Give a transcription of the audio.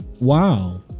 Wow